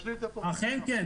אכן כן.